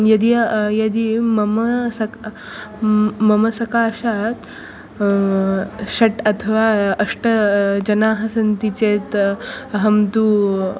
यदि यदि मम स मम सकाशात् षट् अथवा अष्ट जनाः सन्ति चेत् अहं तु